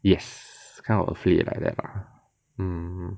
yes kind of affiliate like that lah mm